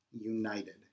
united